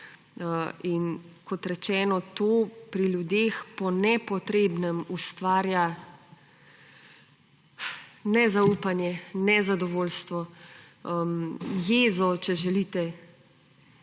Kot rečeno, to pri ljudeh po nepotrebnem ustvarja nezaupanje, nezadovoljstvo, jezo, če želite.